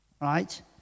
right